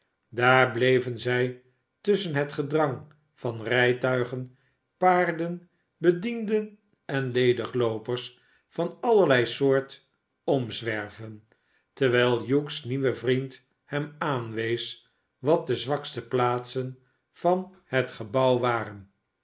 daar bleven zij tusschen het gedrang van rijtuigen paarden bedienden en ledigloopers van allerlei soort omzwerven terwijl hugh's nieuwe vriend hem aanwees wat de zwakste plaatsen van het gebouw waren